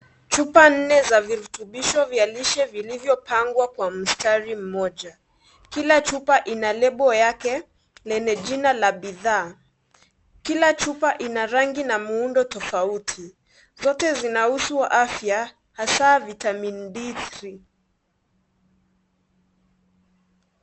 Chupa nne za virutubisho vya lishe vilivyopangwa kwa mstari mmoja , kila chupa ina lebo yake lenye jina ya bidhaa . Kila chupa lina rangi na muundo tofauti. Zote zinahusu afya haswa vitamin D3